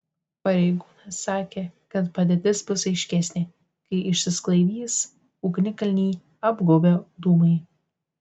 pareigūnas sakė kad padėtis bus aiškesnė kai išsisklaidys ugnikalnį apgaubę dūmai